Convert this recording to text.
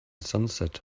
sunset